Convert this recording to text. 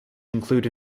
include